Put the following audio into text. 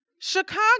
Chicago